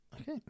Okay